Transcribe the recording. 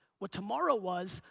what tomorrow was,